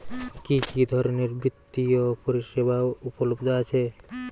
কি কি ধরনের বৃত্তিয় পরিসেবা উপলব্ধ আছে?